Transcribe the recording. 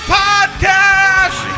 podcast